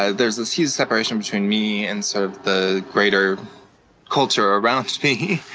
ah there was this huge separation between me and sort of the greater culture around me.